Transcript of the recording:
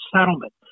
settlement